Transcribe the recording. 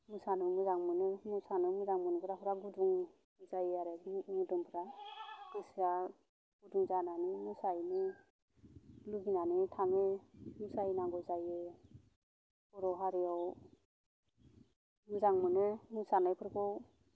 मोसानो मोजां मोनो मोसानो मोजां मोनग्राफ्रा गुदुं जायो आरो मोदोमफ्रा गोसोआ गुदुं जानानै मोसाहैनो लुबैनानै थाङो बुजायनांगौ जायो बर' हारिआव मोजां मोनो मोसानायफोरखौ